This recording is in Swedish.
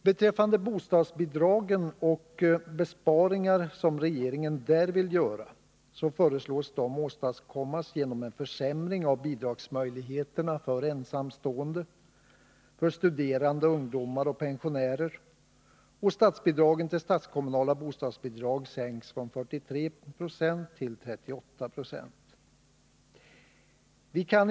Beträffande bostadsbidragen föreslår regeringen att besparingar skall göras genom en försämring av möjligheterna för ensamstående, studerande ungdomar och pensionärer att få bidrag och genom att statsbidragen till statskommunala bostadsbidrag sänks från 43 96 till 38 70.